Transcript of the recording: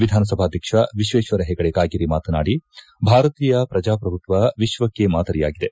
ವಿಧಾನಸಭಾಧ್ಯಕ್ಷ ವಿಶ್ಲೇಶ್ವರ ಹೆಗಡೆ ಕಾಗೇರಿ ಮಾತನಾಡಿ ಭಾರತೀಯ ಪ್ರಜಾಪ್ರಭುತ್ವ ವಿಶ್ವಕ್ಷೆ ಮಾದರಿಯಾಗಿದೆ